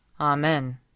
Amen